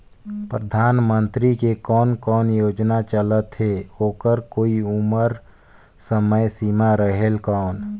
परधानमंतरी के कोन कोन योजना चलत हे ओकर कोई उम्र समय सीमा रेहेल कौन?